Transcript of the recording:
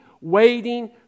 waiting